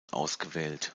ausgewählt